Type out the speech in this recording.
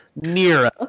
Nira